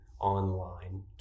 online